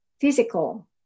physical